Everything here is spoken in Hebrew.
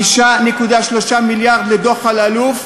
5.3 מיליארד לדוח אלאלוף,